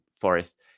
Forest